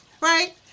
right